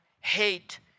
hate